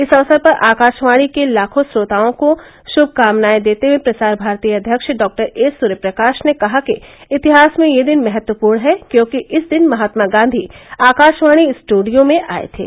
इस अवसर पर आकाशवाणी के लाखों श्रोताओं को श्र्मकामनाएं देते हुए प्रसार भारती अध्यक्ष डॉ ए सूर्यप्रकाश ने कहा कि इतिहास में यह दिन महत्वपूर्ण है क्योंकि इस दिन महात्मा गांधी आकाशवाणी स्टूडियो में आए थे